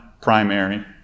primary